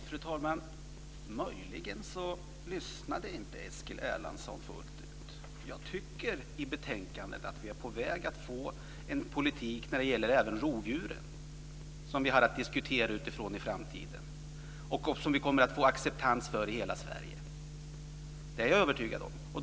Fru talman! Möjligen lyssnade inte Eskil Erlandsson fullt ut. Jag är övertygad om att vi genom betänkandet är på väg att få en politik för rovdjuren som ger oss grund för en diskussion i framtiden och för en acceptans i hela Sverige.